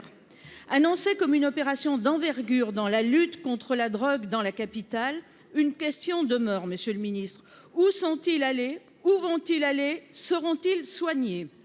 annoncé comme une opération d'envergure dans la lutte contre la drogue dans la capitale, une question demeure : Monsieur le Ministre, où sont-ils allés où vont-ils aller seront-ils soignés,